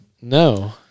No